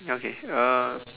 okay uh